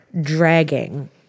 dragging